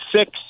six